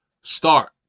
start